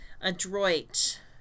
Adroit